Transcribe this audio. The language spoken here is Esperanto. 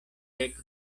dek